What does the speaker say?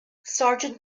sargent